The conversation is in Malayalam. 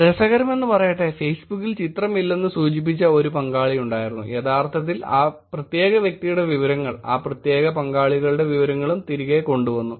രസകരമെന്നു പറയട്ടെ ഫെയ്സ്ബുക്കിൽ ചിത്രം ഇല്ലെന്ന് സൂചിപ്പിച്ച ഒരു പങ്കാളി ഉണ്ടായിരുന്നു യഥാർത്ഥത്തിൽ ആ പ്രത്യേക വ്യക്തിയുടെ വിവരങ്ങൾ ആ പ്രത്യേക പങ്കാളികളുടെ വിവരങ്ങളും തിരികെ കൊണ്ടു വന്നു